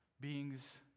beings